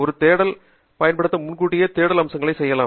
ஒரு தேடல் சரம் பயன்படுத்தி முன்கூட்டியே தேடல் அம்சங்களை செய்யலாம்